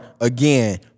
again